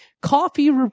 Coffee